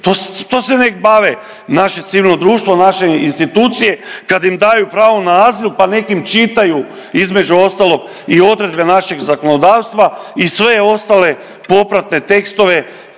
To se nek bave naše civilno društvo, naše institucije. Kad im daju pravo na azil, pa nek' im čitaju između ostalog i odredbe našeg zakonodavstva i sve ostale popratne tekstove